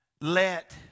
Let